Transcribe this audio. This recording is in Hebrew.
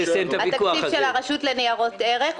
התקציב של הרשות לניירות ערך.